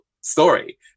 story